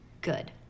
Good